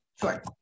Sure